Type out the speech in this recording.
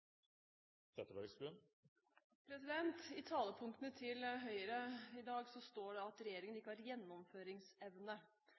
I talepunktene til Høyre i dag står det at regjeringen